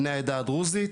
בני העדה הדרוזית,